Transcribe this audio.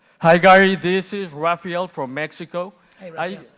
hi, gary. this is rafael from mexico. hi,